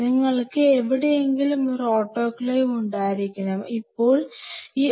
നിങ്ങൾക്ക് എവിടെയെങ്കിലും ഒരു ഓട്ടോക്ലേവ് ഉണ്ടായിരിക്കണം ഇപ്പോൾ ഈ ഓട്ടോക്ലേവ് ലാബിന് പുറത്തായിരിക്കാം